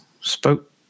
spoke